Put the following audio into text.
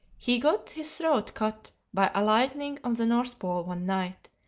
he got his throat cut by alighting on the north pole one night,